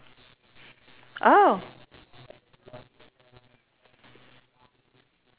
oh